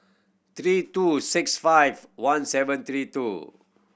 three two six five one seven three two